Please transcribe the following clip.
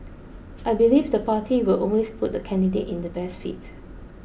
I believe the party will always put the candidate in the best fit